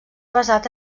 basat